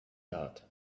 thought